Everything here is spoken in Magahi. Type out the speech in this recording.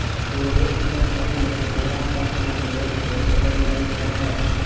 हे रेक में पहिले घोरा सभके प्रयोग सेहो कएल जाइत रहै